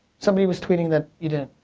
somebody was tweeting that you didn't.